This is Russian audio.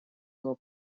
его